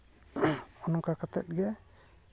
ᱦᱚᱸᱜᱼᱚ ᱱᱚᱝᱠᱟ ᱠᱟᱛᱮᱫ ᱜᱮ